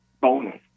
bonus